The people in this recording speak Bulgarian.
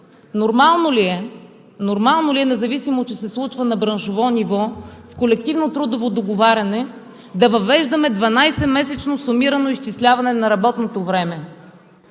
нормално ли е, независимо че се случва на браншово ниво, с колективно трудово договаряне да въвеждаме 12 месечно сумирано изчисляване на работното време?